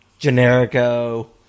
Generico